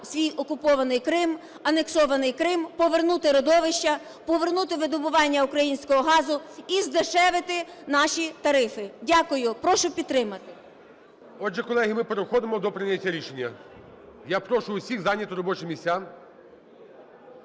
свій окупований Крим, анексований Крим, повернути родовища, повернути видобування українського газу і здешевити наші тарифи. Дякую. Прошу підтримати. ГОЛОВУЮЧИЙ. Отже, колеги, ми переходимо до прийняття рішення. Я прошу всіх зайняти робочі місця.